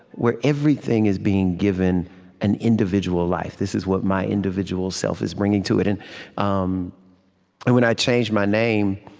where everything is being given an individual life this is what my individual self is bringing to it. and um when i changed my name,